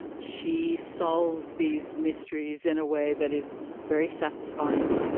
she solves these mysteries in a way that is very satisfying.